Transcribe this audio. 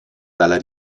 dalla